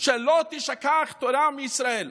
שלא תישכח תורה מישראל.